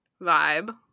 vibe